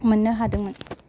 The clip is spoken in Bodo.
मोननो हादोंमोन